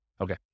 Okay